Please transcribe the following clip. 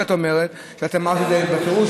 ואמרת את זה בפירוש,